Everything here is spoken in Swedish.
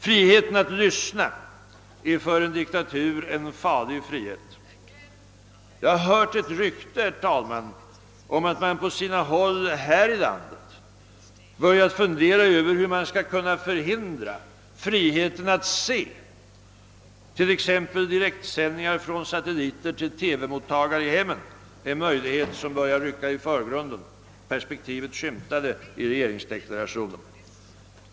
Friheten att lyssna är för en diktatur en farlig frihet. Jag har hört ett rykte om att man på sina håll här i landet har börjat fundera över hur man skall kunna förhindra friheten att se t.ex. direktsändningar från satelliter till TV-mottagare i hemmen, en möjlighet som börjar rycka i förgrunden. Perspektivet skymtade i regeringsdeklarationen.